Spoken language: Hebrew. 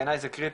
בעיניי זה קריטי.